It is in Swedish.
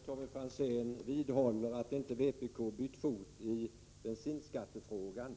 Herr talman! Tommy Franzén vidhåller att vpk inte bytt fot i bensinskattefrågan.